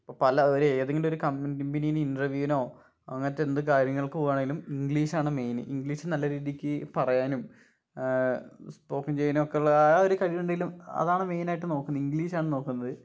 ഇപ്പം പലവര് ഏതെങ്കിലും ഒരു കമ്പനിയിൽ ഇൻറ്റർവ്യൂവിനോ അങ്ങനത്തെ എന്ത് കാര്യങ്ങൾക്ക് പോകുവാണേലും ഇംഗ്ലീഷാണ് മെയിന് ഇംഗ്ലീഷ് നല്ല രീതിക്ക് പറയാനും സ്പോക്കൺ ചെയ്യാനുമൊക്കെ ഉള്ള ആ ഒരു കഴിവ് ഉണ്ടെങ്കിലും അതാണ് മെയിനായിട്ട് നോക്കുന്നത് ഇംഗ്ലീഷാണ് നോക്കുന്നത്